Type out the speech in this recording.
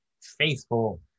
faithful